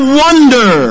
wonder